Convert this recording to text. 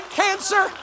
cancer